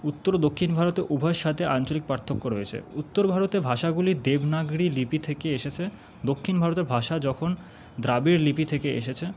উত্তর ও দক্ষিণ ভারতে উভয়ের সাথে আঞ্চলিক পার্থক্য রয়েছে উত্তর ভারতে ভাষাগুলি দেবনাগরী লিপি থেকে এসেছে দক্ষিণ ভারতের ভাষা যখন দ্রাবিড় লিপি থেকে এসেছে